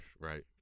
right